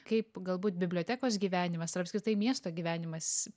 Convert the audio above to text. kaip galbūt bibliotekos gyvenimas ir apskritai miesto gyvenimas